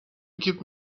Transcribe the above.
give